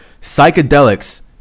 Psychedelics